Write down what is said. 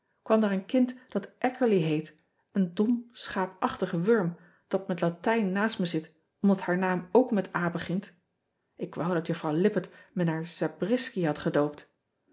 een kind dat ckerly heet een dom schaapachtig wurm dat met atijn naast me zit omdat haar naam ook met begint k wou dat uffrouw ippett me maar abriski had gedoopt